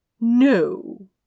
No